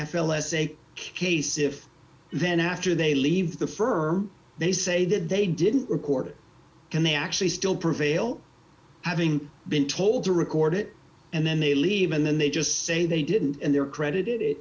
a case if then after they leave the firm they say that they didn't record it can they actually still prevail having been told to record it and then they leave and then they just say they didn't and their credit d